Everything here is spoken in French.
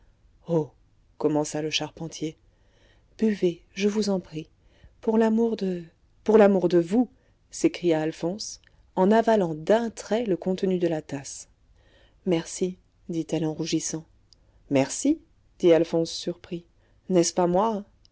oh commença le charpentier buvez je vous en prie pour l'amour de pour l'amour de vous s'écria alphonse en avalant d'un trait le contenu de la tasse merci dit-elle en rougissant merci dit alphonse surpris n'est-ce pas moi